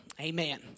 Amen